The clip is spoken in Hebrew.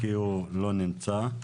כי הוא לא נמצא.